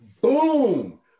Boom